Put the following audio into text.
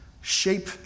shape